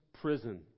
prison